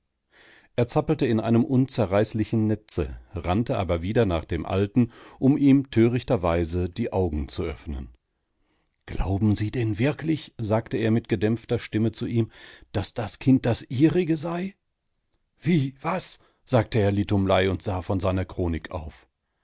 er zappelte in einem unzerreißlichen netze rannte aber wieder nach dem alten um ihm törichterweise die augen zu öffnen glauben sie denn wirklich sagte er mit gedämpfter stimme zu ihm daß das kind das ihrige sei wie was sagte herr litumlei und sah von seiner chronik auf